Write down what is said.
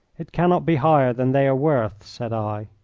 it cannot be higher than they are worth, said i.